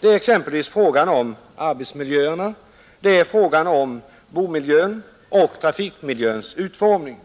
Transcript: Det är exempelvis frågan om arbetsmiljöerna, det är frågan om boendemiljön och om trafikmiljöns utformning.